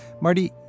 Marty